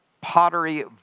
pottery